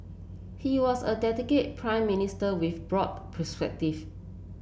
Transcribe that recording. he was a dedicated Prime Minister with broad perspective